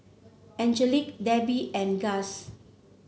Angelique Debbi and Gust